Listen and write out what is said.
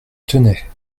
tenais